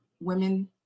women